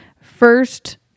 first